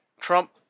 Trump